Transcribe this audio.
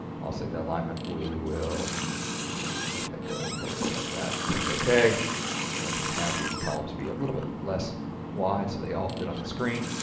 i'll say the alignment we will make that go vertical like that click ok and we can have the columns be a little bit less wide so they all fit on the screen.